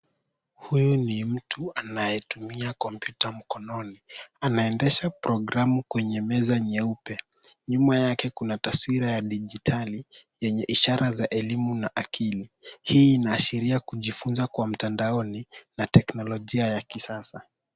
Huyu ni mtu anayetumia kompyuta mkononi. Anaendesha programu kwenye meza nyeupe. Nyuma yake kuna taswira ya dijitali yenye ishara za elimu na akili. Hii inaashiria kujifunza kwa mtandaoni na teknolojia ya kisasa.